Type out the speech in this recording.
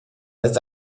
las